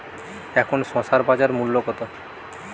এখন শসার বাজার মূল্য কত?